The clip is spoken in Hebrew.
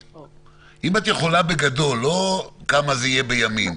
האם את יכולה בגדול, לא כמה זה יהיה בימים?